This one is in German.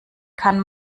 kann